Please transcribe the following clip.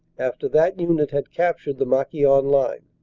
after that unit had cap tured the marquion line.